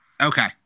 Okay